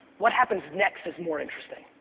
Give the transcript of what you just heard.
what happens next is more interesting,